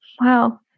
Wow